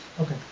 Okay